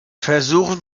versuchen